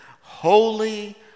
Holy